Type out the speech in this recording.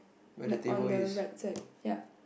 like on the right side ya